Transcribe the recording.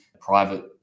private